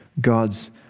God's